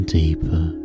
deeper